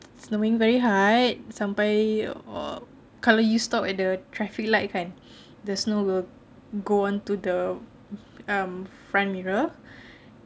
snowing very hard sampai kalau you stop at the traffic light kan there's no one go on um to the front mirror